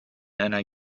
einer